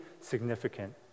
significant